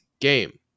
game